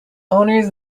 owners